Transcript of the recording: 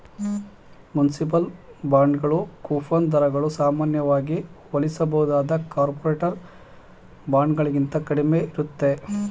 municipal ಬಾಂಡ್ಗಳು coupon ದರಗಳು ಸಾಮಾನ್ಯವಾಗಿ ಹೋಲಿಸಬಹುದಾದ ಕಾರ್ಪೊರೇಟರ್ ಬಾಂಡ್ಗಳಿಗಿಂತ ಕಡಿಮೆ ಇರುತ್ತೆ